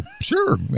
sure